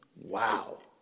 Wow